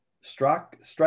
Strike